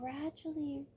gradually